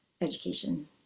education